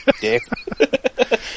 dick